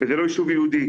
וזה לא יישוב יהודי.